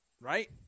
right